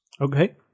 Okay